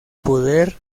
poder